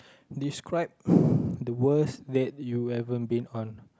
describe the worst date you even been on